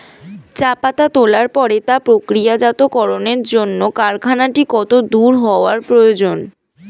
চা পাতা তোলার পরে তা প্রক্রিয়াজাতকরণের জন্য কারখানাটি কত দূর হওয়ার প্রয়োজন?